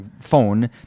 phone